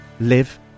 live